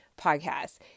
podcasts